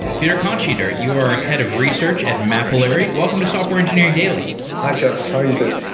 peter kontschieder, you are a head of research at mapillary. welcome to software engineering daily hi jeff. how are you doing?